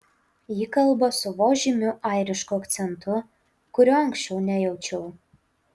ji kalba su vos žymiu airišku akcentu kurio anksčiau nejaučiau